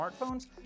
smartphones